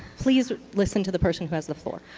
please listen to the person who has the floor.